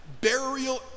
burial